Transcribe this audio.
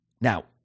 Now